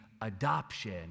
adoption